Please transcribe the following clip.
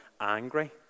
angry